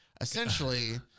Essentially